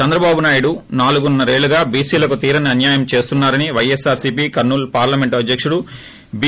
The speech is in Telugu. చంద్రబాబు నాయుడు నాలుగున్న రేళ్లుగా బీసీలకు తీరని అన్నాయం చేస్తున్నా రని పైఎస్సార్సీపీ కర్నూల్ పార్లమెంట్ అధ్యకుడు బీ